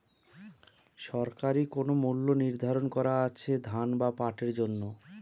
সরকারি কোন মূল্য নিধারন করা আছে ধান বা পাটের জন্য?